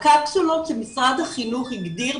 הקפסולות שמשרד החינוך הגדיר,